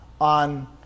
on